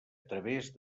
través